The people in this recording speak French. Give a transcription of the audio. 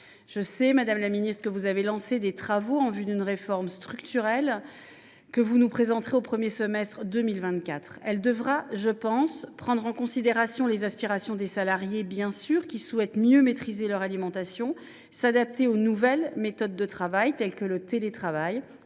Je sais, madame la ministre, que vous avez lancé des travaux en vue d’une réforme structurelle, que vous nous présenterez au premier semestre 2024. Elle devra, à mon sens, prendre en considération les aspirations des salariés qui souhaitent mieux maîtriser leur alimentation, s’adapter aux nouvelles méthodes de travail, telles que le télétravail,